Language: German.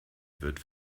wird